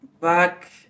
Back